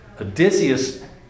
Odysseus